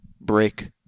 break